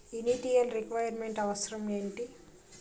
Initial requirement అవసరం ఎంటి?